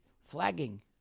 flagging